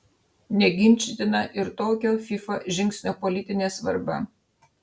neginčytina ir tokio fifa žingsnio politinė svarba